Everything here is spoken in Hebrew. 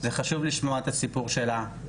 זה חשוב לשמוע את הסיפור שלה.